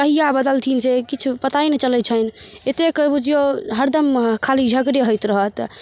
कहिया बदलथिन जे किछु पता नह चलै छनि एतेक बुझियौ हरदम खाली झगड़े होइत रहत